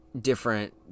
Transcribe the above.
different